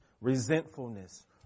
resentfulness